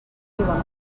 diuen